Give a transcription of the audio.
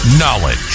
Knowledge